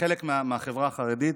חלק מהחברה החרדית,